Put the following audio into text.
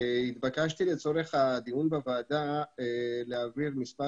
לצורך הדיון בוועדה נתבקשתי להעביר מספר